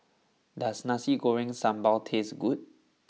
does Nasi Goreng Sambal taste good